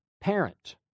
parent